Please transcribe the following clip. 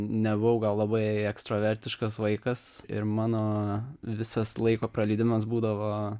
nebuvau labai ekstravertiškas vaikas ir mano visas laiko praleidimas būdavo